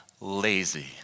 lazy